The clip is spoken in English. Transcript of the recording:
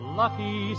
lucky